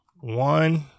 One